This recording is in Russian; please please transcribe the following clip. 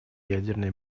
ядерная